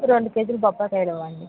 రెండు కేజీలు బొప్పాయి కాయిలివ్వండి